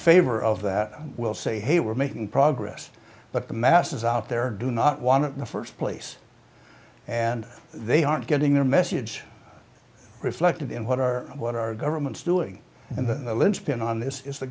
favor of that will say hey we're making progress but the masses out there do not want the first place and they aren't getting their message reflected in what our what our government is doing and the lynchpin on this is the